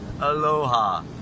Aloha